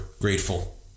grateful